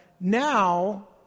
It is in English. now